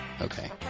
Okay